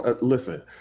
listen